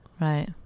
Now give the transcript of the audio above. Right